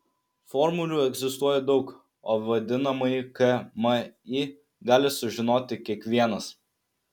formulių egzistuoja daug o vadinamąjį kmi gali sužinoti kiekvienas